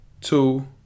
two